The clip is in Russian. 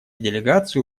делегации